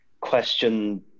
question